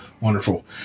Wonderful